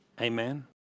Amen